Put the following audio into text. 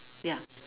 ya